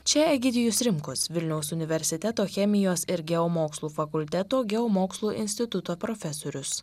čia egidijus rimkus vilniaus universiteto chemijos ir geomokslų fakulteto geomokslų instituto profesorius